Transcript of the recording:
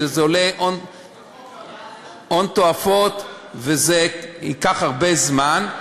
שזה עולה הון תועפות וזה ייקח הרבה זמן.